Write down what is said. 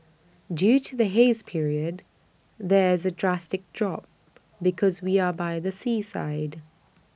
due to the haze period there A drastic drop because we are by the seaside